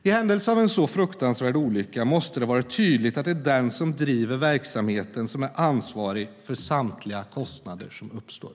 I händelse av en så fruktansvärd olycka måste det vara tydligt att det är den som driver verksamheten som är ansvarig för samtliga kostnader som uppstår.